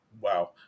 wow